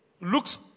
looks